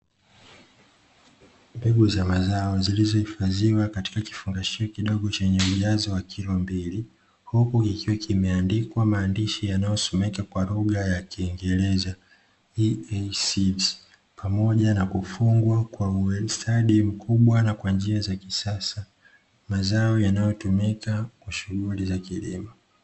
Mbegu za mazao zilizohifadhiwa katika kifungashio kidogo chenye ujazo wa kilo mbili, huku kikiwa kimeandikwa maandishi yanayosomeka kwa lugha ya kiingereza iei sidsi pamoja na kufungwa kwa ustadi mkubwa na kwa njia za kisasa, mazao yanayotumika kwa shughuli za kilimo.